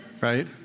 right